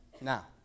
Now